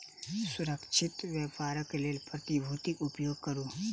सुरक्षित व्यापारक लेल प्रतिभूतिक उपयोग करू